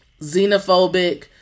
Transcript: xenophobic